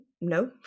No